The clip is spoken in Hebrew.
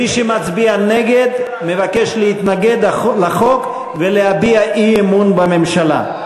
ומי שמצביע נגד מבקש להתנגד לחוק ולהביע אי-אמון בממשלה.